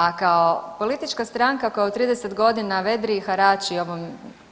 A kao politička stranka koja u 30 godina vedri i harači ovom